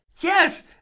Yes